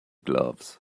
gloves